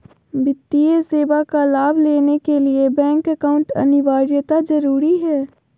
वित्तीय सेवा का लाभ लेने के लिए बैंक अकाउंट अनिवार्यता जरूरी है?